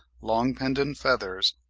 long pendant feathers,